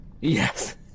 Yes